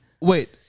Wait